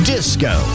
Disco